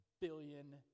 billion